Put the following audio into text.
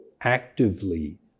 actively